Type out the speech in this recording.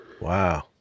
Wow